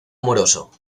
amoroso